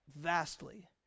vastly